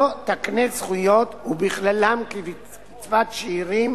לא יקנה זכויות, ובכללן קצבת שאירים,